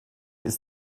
ist